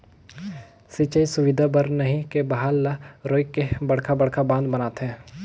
सिंचई सुबिधा बर नही के बहाल ल रोयक के बड़खा बड़खा बांध बनाथे